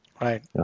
Right